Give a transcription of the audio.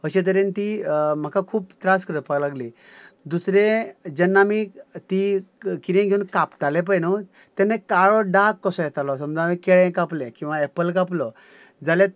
अशे तरेन ती म्हाका खूब त्रास करपाक लागली दुसरें जेन्ना आमी ती कितें घेवन कापताले पळय न्हू तेन्ना काळो दाग कसो येतालो समजा आमी केळें कापलें किंवां एप्पल कापलो जाल्यार